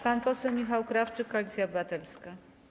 Pan poseł Michał Krawczyk, Koalicja Obywatelska.